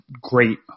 great